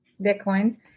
Bitcoin